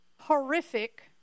horrific